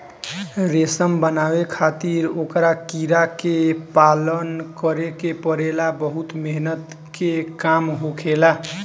रेशम बनावे खातिर ओकरा कीड़ा के पालन करे के पड़ेला बहुत मेहनत के काम होखेला